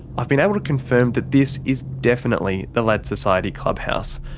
i've been able to confirm that this is definitely the lads society clubhouse,